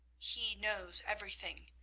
he knows everything.